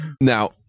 Now